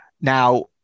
Now